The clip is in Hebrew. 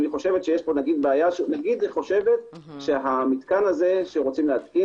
נאמר שהיא חושבת שהמתקן שרוצים להתקין